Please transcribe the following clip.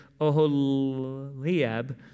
Oholiab